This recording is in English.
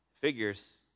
figures